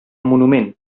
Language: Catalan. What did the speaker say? monument